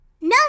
No